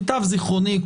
למיטב זכרוני,